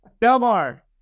Delmar